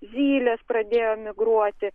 zylės pradėjo migruoti